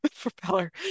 Propeller